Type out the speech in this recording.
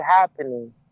happening